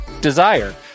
Desire